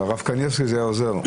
לרב קנייבסקי זה היה עוזר.